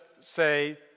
say